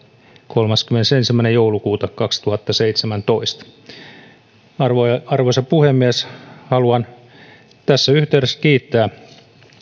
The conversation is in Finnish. kolmaskymmenesensimmäinen joulukuuta kaksituhattaseitsemäntoista arvoisa puhemies haluan tässä yhteydessä kiittää